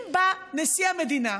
אם בא נשיא המדינה,